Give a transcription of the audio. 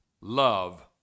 love